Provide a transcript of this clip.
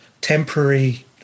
temporary